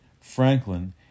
Franklin